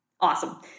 Awesome